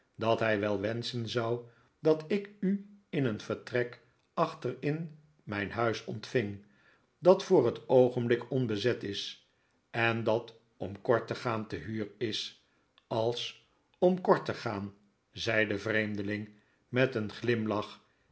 dat hij wel wenschen zou dat ik u in een vertrek achter in mijn huis ontving dat voor het oogenblik onbezet is en dat om kort te gaan te huur is als om kort te gaan zei de vreemdeling met een glimlach